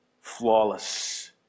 Flawless